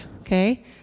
okay